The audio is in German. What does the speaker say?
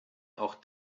auch